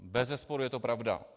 Bezesporu je to pravda.